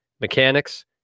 mechanics